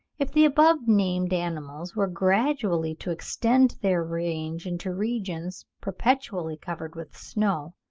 if the above-named animals were gradually to extend their range into regions perpetually covered with snow,